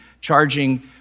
charging